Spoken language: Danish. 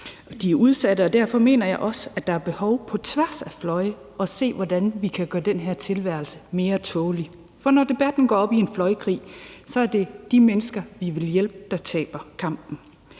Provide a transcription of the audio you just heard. De er udsatte, og derfor mener jeg også, at der er behov for på tværs af fløjene at se på, hvordan vi kan gøre den her tilværelse mere tålelig. For når debatten går op en fløjkrig, er det de mennesker, vi vil hjælpe, der taber kampen.